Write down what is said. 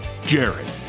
Jared